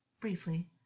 briefly